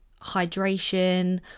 hydration